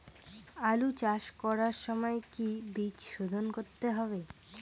আলু চাষ করার সময় কি বীজ শোধন করতে হবে?